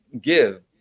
give